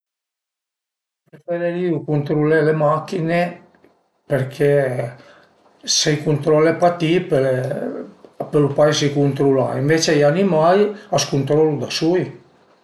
Preferirìu cuntrulé le machine perché së le cuntrole pa ti pöle a pölu pas esi cuntrulà, ënvece i animal a s'cuntrolu da sul